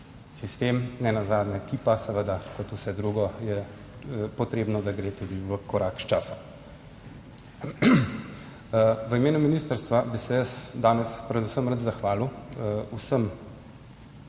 Sistem, nenazadnje, ki pa seveda, kot vse drugo, je potrebno, da gre tudi v korak s časom. V imenu ministrstva bi se danes predvsem rad zahvalil vsem,